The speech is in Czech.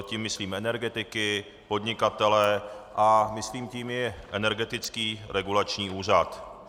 Tím myslím energetiky, podnikatele a myslím tím i Energetický regulační úřad.